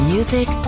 Music